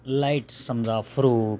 light समजा fruit